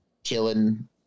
killing